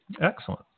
Excellent